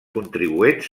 contribuents